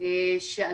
זה